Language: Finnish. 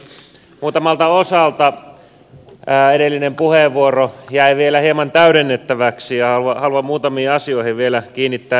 muutamalta osalta edellinen puheenvuoroni jäi vielä hieman täydennettäväksi ja haluan muutamiin asioihin vielä kiinnittää lisää huomiota